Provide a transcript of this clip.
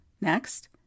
Next